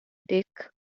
dick